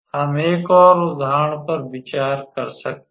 हम एक और उदाहरण पर विचार कर सकते हैं